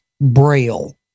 Braille